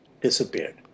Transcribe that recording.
disappeared